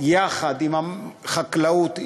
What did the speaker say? יחד עם החקלאות,